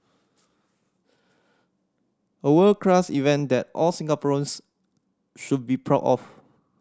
a world class event that all Singaporeans should be proud of